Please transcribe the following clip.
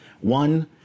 One